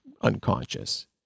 unconscious